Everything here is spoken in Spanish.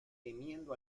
temiendo